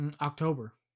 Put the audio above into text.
october